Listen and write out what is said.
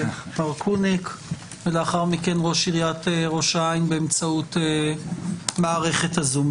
מר קוניק; ולאחר מכן ראש עיריית ראש העין באמצעות מערכת הזום.